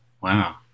Wow